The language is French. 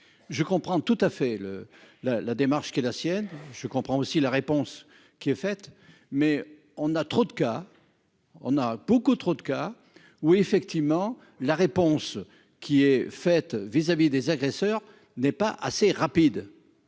je comprends tout à fait le la la démarche qui est la sienne, je comprends aussi la réponse qui est faite, mais on a trop de cas, on a beaucoup trop de cas où effectivement la réponse qui est faite vis-à-vis des agresseurs n'est pas assez rapide,